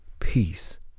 Peace